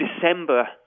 December